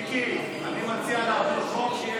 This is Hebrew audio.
מיקי, אני מציע להעביר חוק שיהיה